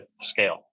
scale